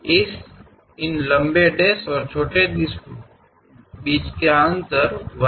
ಈ ಉದ್ದದ ಡ್ಯಾಶ್ ಮತ್ತು ಸಣ್ಣ ಡ್ಯಾಶ್ ನಡುವಿನ ಅಂತರವು 1